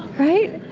right?